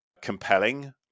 compelling